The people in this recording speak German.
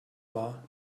war